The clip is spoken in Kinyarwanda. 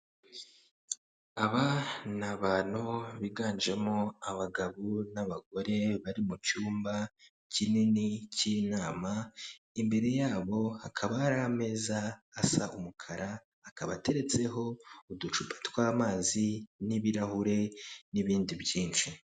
Aba ni abantu biganjemo abagabo n'abagore bari mu cyumba kinini cy'inama, imbere yabo hakaba hari ameza asa umukara akaba ateretseho uducupa tw'amazi n'ibirahure n'ibindi byinshi.